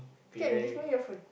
can give me your phone